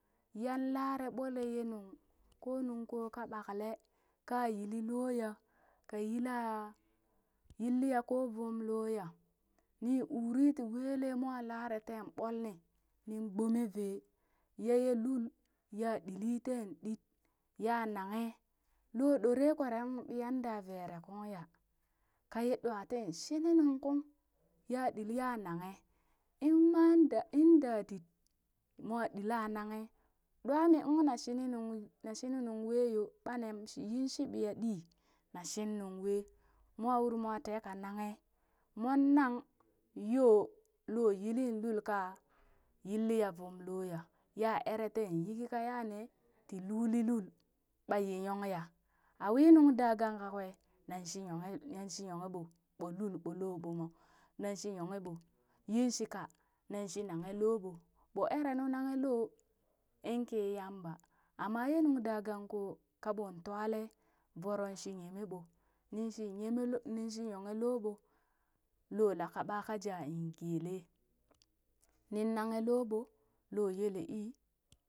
Lare boolee nuŋ koo nuŋ koo ƙaa bakle ka yili loo kayilaa koo vum loo yaa nii uri tii wele moon laree tee ɓoo nii nin gbome vee yayee lul ya dili ya nanghe kweere loo ɗoore biya da veree kung kayee doo tumii ya nahe imni ninka gbomee vee tii vere ye lul ka dili tee dii kaa yeeloo doree kweere bee da vere kong ya in ma dadit moo dilli ka nahe doo mi kung naa shinung wee yoo ba yii shii biya dii na shinnung wee moo dili ka tee ka na hee moon nan yoo loo yili lul kaa yilla vom loo ya. ya eree tee yiki kaya nee tii luli lul ɓaa yonya bee nuŋ da gang kawee nan shii yoo hee ɓoo lul, yin shika nan shi nahe loo ɓoo boo eree nuu nahe loo in kii yamba amma yee nuŋ daa gang ka koo nin shi yohe looboo.